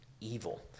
evil